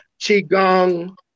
Qigong